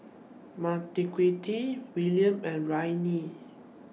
Marquita Willam and Raina